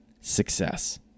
success